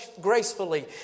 gracefully